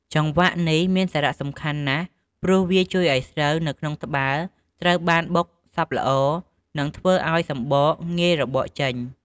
ចង្វាក់នេះមានសារៈសំខាន់ណាស់ ព្រោះវាជួយឱ្យស្រូវនៅក្នុងត្បាល់ត្រូវបានបុកសព្វល្អ និងធ្វើឱ្យសម្បកងាយរបកចេញ។